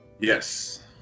Yes